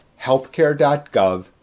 healthcare.gov